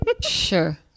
Sure